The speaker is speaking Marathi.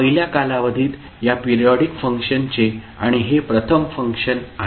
पहिल्या कालावधीत या पिरिऑडिक फंक्शनचे आणि हे प्रथम फंक्शन आहे